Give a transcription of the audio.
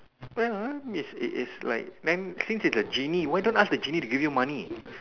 well ah it is like bank since it is a genie why don't ask the genie to give you money